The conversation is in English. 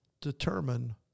determine